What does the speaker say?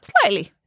Slightly